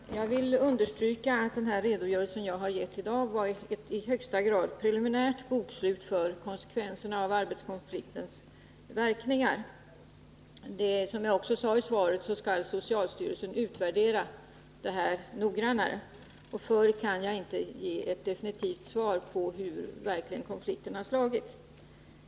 Herr talman! Jag vill understryka att den redogörelse jag har lämnat i dag är ett i högsta grad preliminärt bokslut för konsekvenserna av arbetskonfliktens verkningar. Som jag sade i svaret skall socialstyrelsen utvärdera detta noggrannare, och innan den utvärderingen är gjord kan jag inte ge ett definitivt svar på frågan om hur konflikten verkligen har slagit.